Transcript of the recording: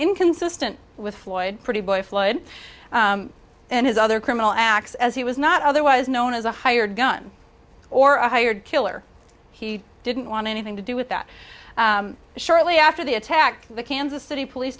inconsistent with floyd pretty boy floyd and his other criminal acts as he was not otherwise known as a hired gun or a hired killer he didn't want anything to do with that shortly after the attack the kansas city police